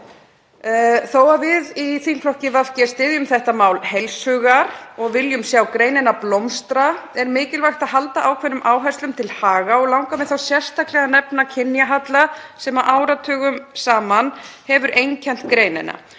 Þó að við í þingflokki VG styðjum þetta mál heils hugar og viljum sjá greinina blómstra er mikilvægt að halda ákveðnum áherslum til haga og langar mig sérstaklega að nefna kynjahalla sem áratugum saman hefur einkennt greinina.